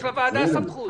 יש לוועדה סמכות.